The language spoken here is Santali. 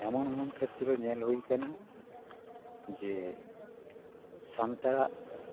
ᱮᱢᱚᱱ ᱮᱢᱚᱱ ᱠᱷᱮᱛᱨᱮ ᱧᱮᱞ ᱦᱩᱭ ᱠᱟᱱᱟ ᱡᱮ ᱥᱟᱱᱛᱟᱲᱟᱜ